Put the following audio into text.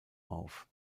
auf